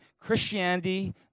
Christianity